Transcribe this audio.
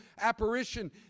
apparition